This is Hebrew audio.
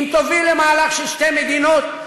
אם תוביל למהלך של שתי מדינות,